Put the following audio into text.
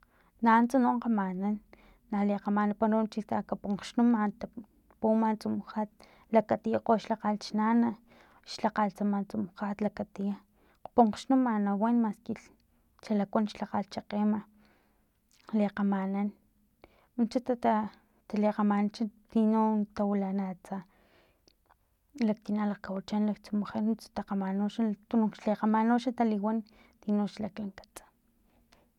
Nanuntsa no kgamanan na lekgamananpara no chika ponkgxnuma tapuuma tsama tsumujat lakatiekgo xlhakgat xnana xlhakgat tsama tsumujat nalakatia ponkgxnuma nawan maski xa lakuan xlhakgat chakgema lekgamanan nutsa tatalekgamanan chi tino tawilana atsa laktina lakgawachan laktsumujan nunts ta kgamanan xa tununk xlekgaman taliwan tino laklankats